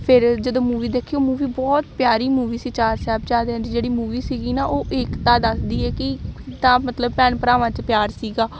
ਫਿਰ ਜਦੋਂ ਮੂਵੀ ਦੇਖੀ ਉਹ ਮੂਵੀ ਬਹੁਤ ਪਿਆਰੀ ਮੂਵੀ ਸੀ ਚਾਰ ਸਾਹਿਬਜ਼ਾਦਿਆਂ ਦੀ ਜਿਹੜੀ ਮੂਵੀ ਸੀਗੀ ਨਾ ਉਹ ਏਕਤਾ ਦੱਸਦੀ ਹੈ ਕਿ ਤਾਂ ਮਤਲਬ ਭੈਣ ਭਰਾਵਾਂ 'ਚ ਪਿਆਰ ਸੀਗਾ